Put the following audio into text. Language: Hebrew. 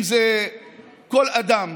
אם זה כל אדם,